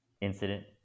incident